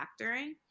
factoring